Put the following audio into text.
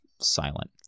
silent